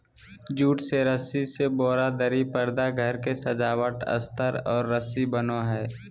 jute से रस्सी से बोरा, दरी, परदा घर के सजावट अस्तर और रस्सी बनो हइ